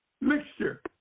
mixture